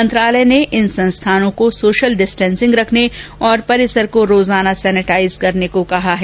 मंत्रालय ने इन संस्थानों को सोशल डिस्टेन्सिंग रखने और परिसर को रोजाना सेनेटाइज करने को कहा है